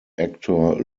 actor